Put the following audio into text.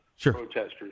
protesters